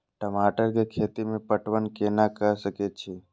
टमाटर कै खैती में पटवन कैना क सके छी?